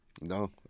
No